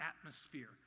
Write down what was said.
atmosphere